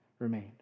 remained